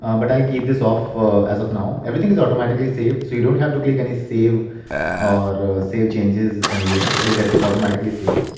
um but i'll keep this off as of now. everything is automatically saved, so you don't have to click any save or save changes anywhere. it is just automatically saved.